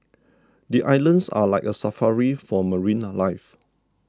the islands are like a safari for marine life